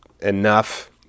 enough